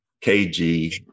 KG